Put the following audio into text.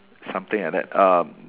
something at that um